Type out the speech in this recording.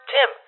Tim